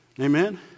Amen